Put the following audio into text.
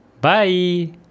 Bye